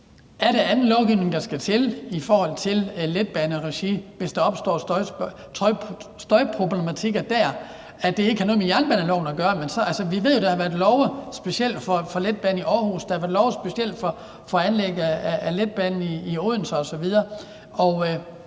det er anden lovgivning, der skal til i forhold til letbaner, hvis der opstår støjproblematikker dér, altså at det ikke har noget med jernbaneloven at gøre. Vi ved jo, at der har været lovgivning specielt for letbanen i Aarhus, og der har været lovgivning specielt for anlægget af letbanen i Odense osv.,